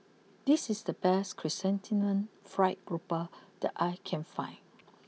this is the best Chrysanthemum Fried grouper that I can find